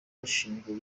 bashinjwa